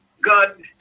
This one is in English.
God